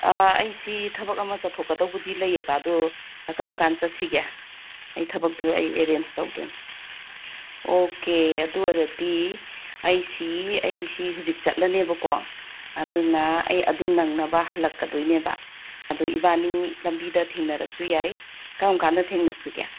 ꯑꯩꯁꯤ ꯊꯕꯛ ꯑꯃ ꯆꯠꯊꯣꯛꯀꯗꯧꯕꯨꯗꯤ ꯂꯩꯌꯦꯕ ꯑꯗꯣ ꯀꯔꯝꯀꯥꯟ ꯆꯠꯁꯤꯒꯦ ꯑꯩ ꯊꯕꯛꯇꯣ ꯑꯩ ꯑꯦꯔꯦꯟꯖ ꯇꯧꯗꯣꯏꯅꯤ ꯑꯣꯀꯦ ꯑꯗꯨ ꯑꯣꯏꯔꯗꯤ ꯑꯩꯁꯤ ꯑꯩꯁꯤ ꯍꯨꯖꯤꯛ ꯆꯠꯂꯅꯦꯕꯀꯣ ꯑꯗꯨꯅ ꯑꯩ ꯑꯗꯨ ꯅꯪꯅꯕ ꯍꯂꯛꯀꯗꯣꯏꯅꯦꯕ ꯑꯗꯣ ꯏꯕꯥꯟꯅꯤ ꯂꯝꯕꯤꯗ ꯊꯦꯡꯅꯔꯁꯨ ꯌꯥꯏ ꯀꯔꯝꯀꯥꯟꯗ ꯊꯦꯡꯅꯁꯤꯒꯦ